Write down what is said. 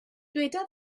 dyweda